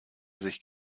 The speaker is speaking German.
sich